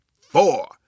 four